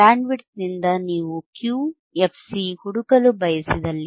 ಬ್ಯಾಂಡ್ವಿಡ್ತ್ನಿಂದ ನೀವು Q fC ಹುಡುಕಲು ಬಯಸಿದಲ್ಲಿ